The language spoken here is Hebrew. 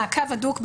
מעקב הדוק,